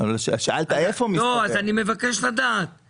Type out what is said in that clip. אני מבקש לדעת,